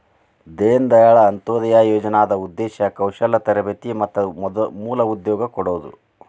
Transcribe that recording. ದೇನ ದಾಯಾಳ್ ಅಂತ್ಯೊದಯ ಯೋಜನಾದ್ ಉದ್ದೇಶ ಕೌಶಲ್ಯ ತರಬೇತಿ ಮತ್ತ ಮೂಲ ಉದ್ಯೋಗ ಕೊಡೋದು